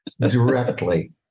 directly